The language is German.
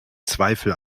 zweifel